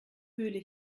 höhle